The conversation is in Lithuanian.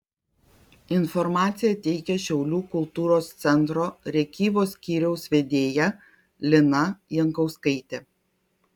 informaciją teikia šiaulių kultūros centro rėkyvos skyriaus vedėja lina jankauskaitė